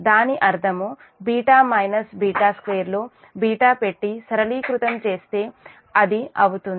దాని అర్థము β β2 లో β పెట్టి సరళీకృతం చేస్తే అది అవుతుంది